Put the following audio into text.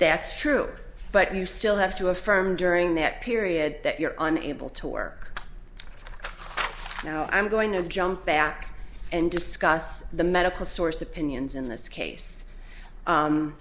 x true but you still have to affirm during that period that you're unable to work now i'm going to jump back and discuss the medical sources opinions in this case